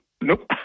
Nope